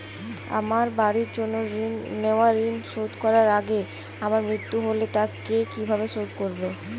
আমার বাড়ির জন্য নেওয়া ঋণ শোধ করার আগে আমার মৃত্যু হলে তা কে কিভাবে শোধ করবে?